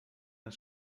and